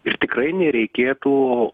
ir tikrai nereikėtų